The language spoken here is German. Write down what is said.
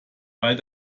weil